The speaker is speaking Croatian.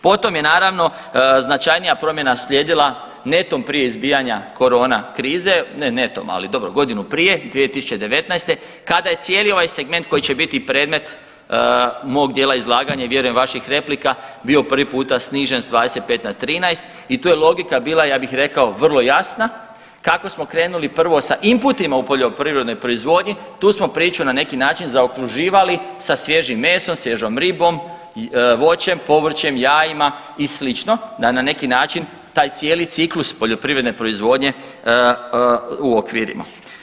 Potom je naravno značajnija promjena uslijedila netom prije izbijanja korona krize, ne netom, ali dobro godinu prije 2019. kada je cijeli ovaj segment koji će biti predmet mog dijela izlaganja i vjerujem vaših replika bio prvi puta snižen s 25 na 13 i tu je logika bila ja bih rekao vrlo jasna kako smo krenuli prvo sa inputima u poljoprivrednoj proizvodnji tu smo priču na neki način zaokruživali sa svježim mesom, svježom ribom, voćem, povrćem, jajima i slično da na neki način taj cijeli ciklus poljoprivredne proizvodnje uokvirimo.